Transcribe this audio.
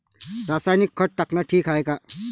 रासायनिक खत टाकनं ठीक हाये का?